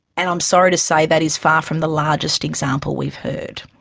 and i'm sorry to say that is far from the largest example we've heard.